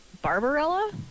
Barbarella